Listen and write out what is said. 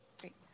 Great